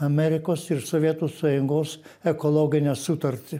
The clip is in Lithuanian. amerikos ir sovietų sąjungos ekologinę sutartį